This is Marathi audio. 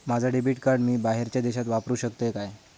माझा डेबिट कार्ड मी बाहेरच्या देशात वापरू शकतय काय?